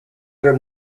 him